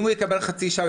אם הוא יקבל חצי שעה,